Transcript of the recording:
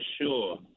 sure